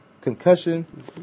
Concussion